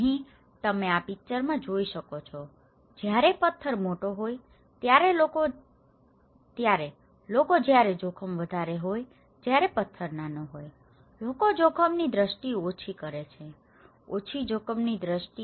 અહીં તમે આ પીક્ચરમાં જોઈ શકો છો જ્યારે પથ્થર મોટો હોય ત્યારે લોકો જ્યારે જોખમ વધારે હોય જયારે પથ્થર નાનો હોય છે લોકો જોખમની દ્રષ્ટિ ઓછી કરે છે ઓછી જોખમની દ્રષ્ટિ